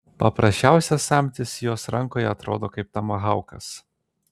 paprasčiausias samtis jos rankoje atrodo kaip tomahaukas